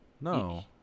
No